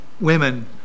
women